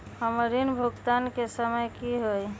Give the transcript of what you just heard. हमर ऋण भुगतान के समय कि होई?